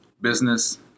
business